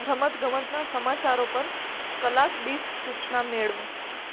રમતગમતના સમાચારો પર કલાકદીઠ સૂચના મેળવો